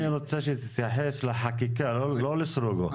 צחי, אני רוצה שתתייחס לחקיקה, לא לסטרוגו.